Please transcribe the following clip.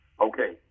okay